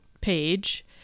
page